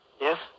Yes